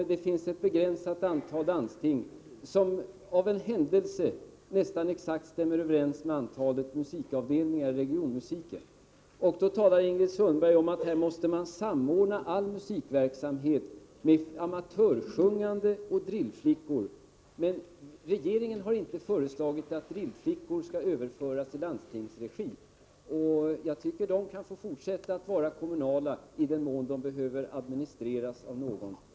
Det finns ett begränsat antal landsting — ett antal som av en händelse nästan exakt stämmer överens med antalet musikavdelningar i regionmusiken. Ingrid Sundberg talar om att man måste samordna all musikverksamhet — exempelvis amatörsjungande och Drillflickor. Men regeringen har inte föreslagit att Drillflickor skall överföras till landstingsregi. Jag tycker att de kan fortsätta att bedriva sin verksamhet i kommunal regi — i den mån de behöver administreras av någon.